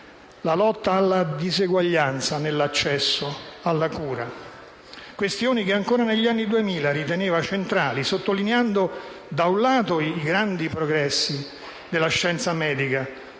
la lotta alla disuguaglianza nell'accesso alla cura. Sono questioni che ancora negli anni Duemila egli riteneva centrali, sottolineando da un lato i grandi progressi della scienza medica